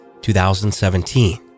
2017